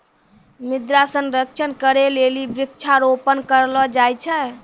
मृदा संरक्षण करै लेली वृक्षारोपण करलो जाय छै